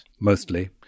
mostly